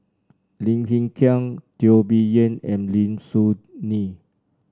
Lim Hng Kiang Teo Bee Yen and Lim Soo Ngee